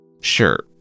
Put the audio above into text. Sure